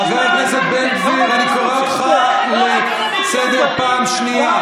חבר הכנסת בן גביר, אני קורא אותך לסדר פעם שנייה.